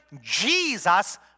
Jesus